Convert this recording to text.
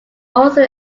also